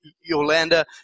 Yolanda